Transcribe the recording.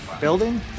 building